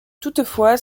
toutefois